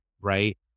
right